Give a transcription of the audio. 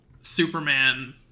superman